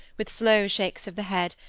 with slow shakes of the head,